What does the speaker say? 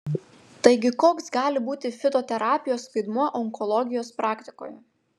taigi koks gali būti fitoterapijos vaidmuo onkologijos praktikoje